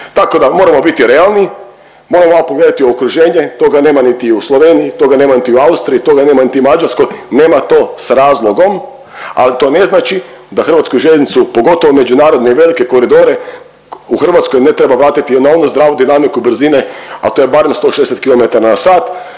Tako da moramo biti realni, moramo malo pogledati u okruženje. Toga nema niti u Sloveniji, toga nema niti u Austriji, toga nema niti u Mađarskoj, nema to s razlogom. Ali to ne znači da hrvatsku željeznicu pogotovo međunarodne i velike koridore u Hrvatskoj ne treba vratiti na onu zdravu dinamiku brzine, a to je barem 160 km/h kako